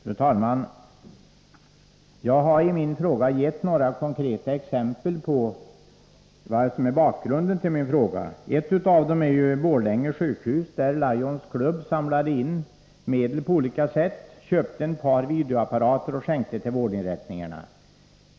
Fru talman! Jag har i min fråga gett några konkreta exempel på vad som är bakgrunden till att jag framställt frågan. Ett av dem gäller Borlänge sjukhus. En Lionsklubb samlade på olika sätt in medel och köpte ett par videoapparater, som skänktes till vårdinrättningarna.